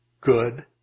good